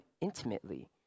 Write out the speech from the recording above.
intimately